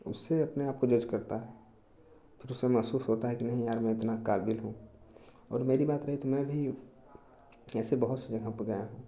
उससे अपने आपको जज करता है उसे महसूस होता है कि नहीं यार हम इतने काबिल हैं और मेरी बात है कि मैं भी कैसे बहुत यहाँ पर गया हूँ